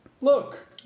look